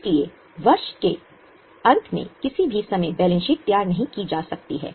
इसलिए वर्ष के अंत में किसी भी समय बैलेंस शीट तैयार नहीं की जा सकती है